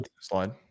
slide